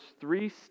three